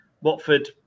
Watford